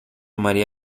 maria